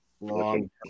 long